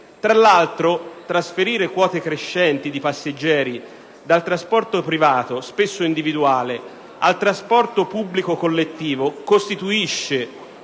Tra l'altro, trasferire quote crescenti di passeggeri dal trasporto privato, spesso individuale, al trasporto pubblico collettivo costituisce